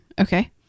Okay